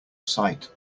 sight